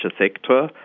sector